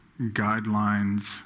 guidelines